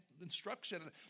instruction